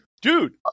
Dude